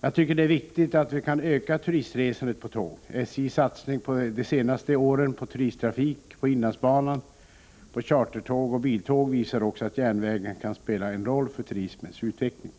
Jag tycker det är viktigt att vi kan öka turistresandet på tåg. SJ:s satsning de senaste åren på turisttrafik på inlandsbanan, på chartertåg och biltåg visar också att järnvägen kan spela en roll för turismens utveckling.